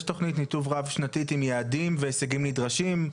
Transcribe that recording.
יש תוכנית ניטור רב-שנתית עם יעדים והישגים נדרשים,